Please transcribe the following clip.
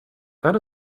that